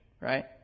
right